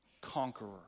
conqueror